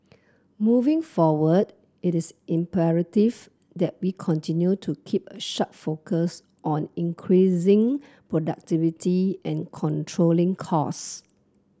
moving forward it is imperative that we continue to keep a sharp focus on increasing productivity and controlling costs